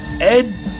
Ed